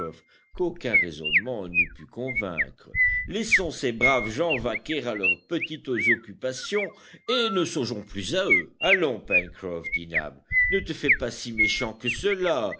qu'aucun raisonnement n'eût pu convaincre laissons ces braves gens vaquer à leurs petites occupations et ne songeons plus à eux allons pencroff dit nab ne te fais pas si méchant que cela